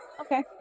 Okay